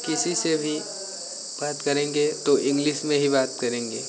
किसी से भी बात करेंगे तो इंग्लिश में ही बात करेंगे